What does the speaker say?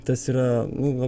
tas yra nu va